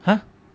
!huh!